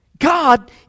God